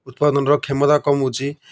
ଉତ୍ପାଦନ ର କ୍ଷମତା କମୁଛି